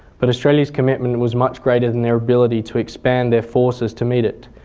but australia's commitment was much greater than their ability to expand their forces to meet it.